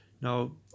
now